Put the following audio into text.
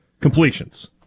Completions